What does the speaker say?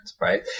right